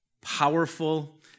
powerful